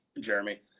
Jeremy